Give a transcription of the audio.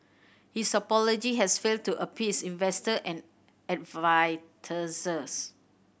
his apology has failed to appease investor and